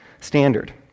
standard